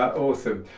awesome.